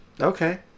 Okay